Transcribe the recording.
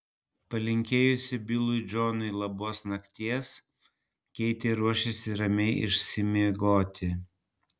palinkėjusi bilui džonui labos nakties keitė ruošėsi ramiai išsimiegoti